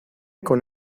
con